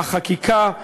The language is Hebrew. בחקיקה.